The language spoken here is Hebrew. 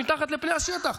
מתחת לפני השטח.